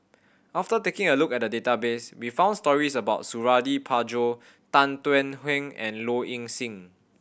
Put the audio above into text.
after taking a look at the database we found stories about Suradi Parjo Tan Thuan Heng and Low Ing Sing